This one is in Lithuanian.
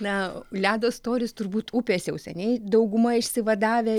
na ledo storis turbūt upės jau seniai dauguma išsivadavę